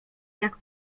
jak